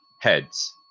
heads